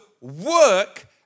work